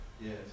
Yes